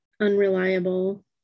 unreliable